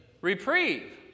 reprieve